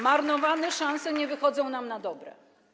Marnowane szanse nie wychodzą nam na dobre.